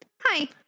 Hi